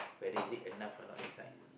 whether is it enough or not inside